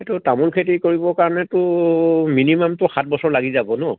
তামোল খেতি কৰিবৰ কাৰণেতো মিনিমামতো সাত বছৰ লাগি যাব ন